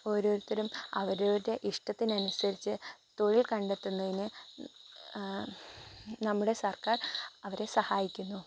ഓരോരുത്തരും അവരവരുടെ ഇഷ്ടത്തിനനുസരിച്ച് തൊഴിൽ കണ്ടെത്തുന്നതിന് നമ്മുടെ സർക്കാർ അവരെ സഹായിക്കുന്നു